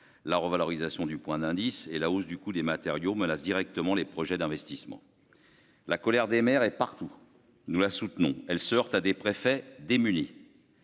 la revalorisation du point d'indice et la hausse du coût des matériaux menace directement les projets d'investissement, la colère des maires et partout, nous la soutenons, elle se heurte à des préfets démunis